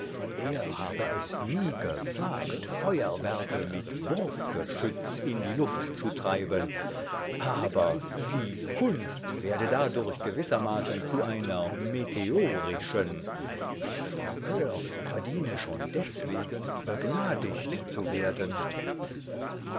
er habe es nie gewagt feuerwerke mit wurfgeschütz in die luft zu treiben aber die kunst werde dadurch gewissermaßen zu einer meteorischen der francur verdiene schon deswegen begnadigt zu werden